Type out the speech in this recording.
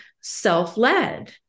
self-led